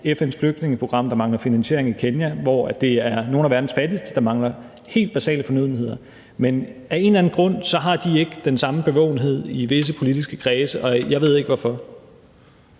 FN's flygtningeprogram i Kenya, der mangler finansiering, og hvor det er nogle af verdens fattigste, der mangler helt basale fornødenheder. Men af en eller anden grund har de ikke den samme bevågenhed i visse politiske kredse, og jeg ved ikke hvorfor.